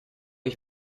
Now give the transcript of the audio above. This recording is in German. ich